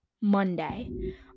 Monday